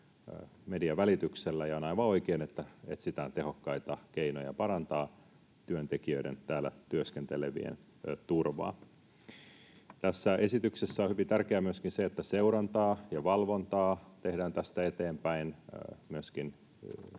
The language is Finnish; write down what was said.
median välityksellä, ja on aivan oikein, että etsitään tehokkaita keinoja parantaa työntekijöiden, täällä työskentelevien, turvaa. Tässä esityksessä on hyvin tärkeää myöskin se, että seurantaa ja valvontaa tehdään tästä eteenpäin myöskin